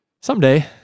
someday